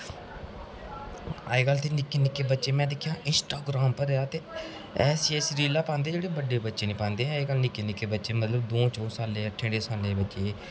अजकल ते निक्के निक्के बच्चे में दिक्खेआ इंस्टाग्राम भरे दा ते ऐसी ऐसी रीलां पांदे जेह्डे़ बड्डे बच्चे नेईं पांदे जेह्डे़ निक्के निक्के बच्चे पांदे च'ऊं च'ऊं सालें दे अट्ठें अट्ठें सालें दे बच्चे